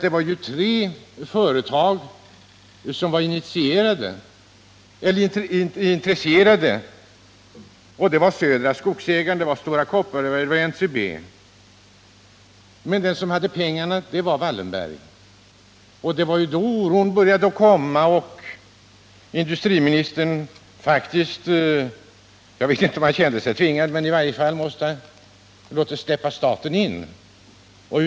Det var ju tre företag som var intresserade. Det var Södra Skogsägarna, det var Stora Kopparberg och det var NCB. Men den som hade pengarna, det var Wallenberg. Det var då oron började komma och industriministern faktiskt — jag vet inte om han kände sig tvingad — måste låta staten träda in.